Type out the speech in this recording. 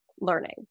learning